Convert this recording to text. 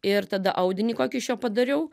ir tada audinį kokį iš jo padariau